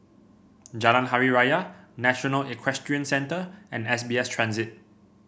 Jalan Hari Raya National Equestrian Centre and S B S Transit